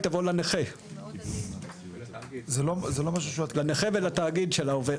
אלא לנכה ולתאגיד של העובד.